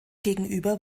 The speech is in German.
gegenüber